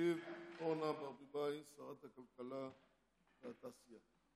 תשיב אורנה ברביבאי, שרת הכלכלה והתעשייה.